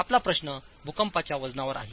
आपला प्रश्न भूकंपाच्या वजनावर आहे